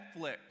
Netflix